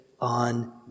on